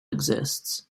exists